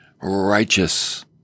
righteous